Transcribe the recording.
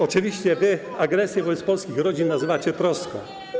Oczywiście, wy agresję wobec polskich rodzin nazywacie troską.